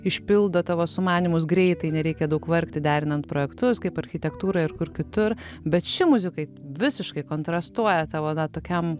išpildo tavo sumanymus greitai nereikia daug vargti derinant projektus kaip architektūra ir kur kitur bet ši muzikai visiškai kontrastuoja tavo na tokiam